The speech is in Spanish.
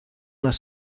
las